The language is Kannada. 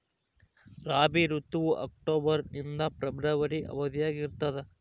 ರಾಬಿ ಋತುವು ಅಕ್ಟೋಬರ್ ನಿಂದ ಫೆಬ್ರವರಿ ಅವಧಿಯಾಗ ಇರ್ತದ